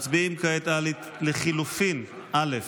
מצביעים כעת על לחלופין א'.